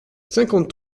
cinquante